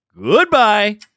goodbye